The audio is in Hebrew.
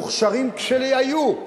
מוכשרים כשהיו,